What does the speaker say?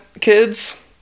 kids